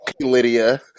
Lydia